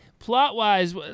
Plot-wise